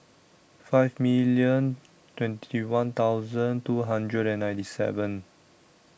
five million twenty one thousand two hundred and ninety seven